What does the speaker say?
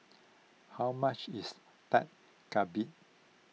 how much is Dak Galbi